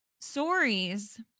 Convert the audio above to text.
stories